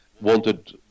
wanted